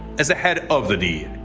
as the head of the dea.